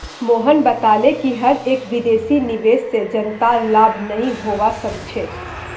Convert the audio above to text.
मोहन बताले कि हर एक विदेशी निवेश से जनतार लाभ नहीं होवा सक्छे